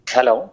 Hello